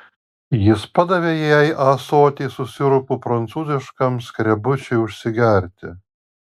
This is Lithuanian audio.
jis padavė jai ąsotį su sirupu prancūziškam skrebučiui užsigerti